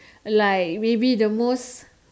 like maybe the most